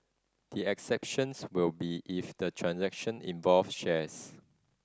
the exceptions will be if the transaction involved shares